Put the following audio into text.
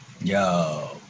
yo